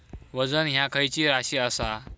वजन ह्या खैची राशी असा?